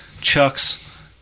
chucks